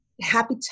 happy